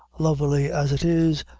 lovely as it is,